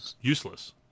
useless